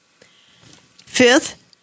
Fifth